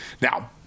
Now